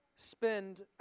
spend